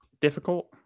difficult